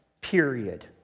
period